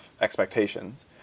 expectations